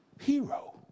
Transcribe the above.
Hero